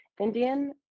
Indian